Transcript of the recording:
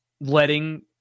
letting